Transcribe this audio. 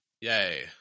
Yay